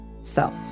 self